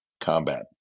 combat